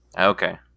Okay